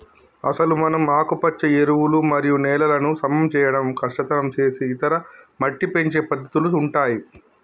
అసలు మనం ఆకుపచ్చ ఎరువులు మరియు నేలలను సమం చేయడం కష్టతరం సేసే ఇతర మట్టి పెంచే పద్దతుల ఉంటాయి